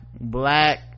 black